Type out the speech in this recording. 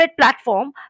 platform